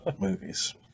movies